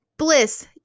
Bliss